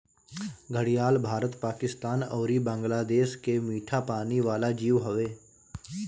घड़ियाल भारत, पाकिस्तान अउरी बांग्लादेश के मीठा पानी वाला जीव हवे